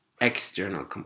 external